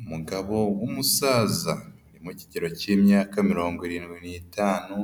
Umugabo w'umusaza ari mu kigero k'imyaka mirongo irindwi n'itanu,